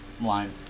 lime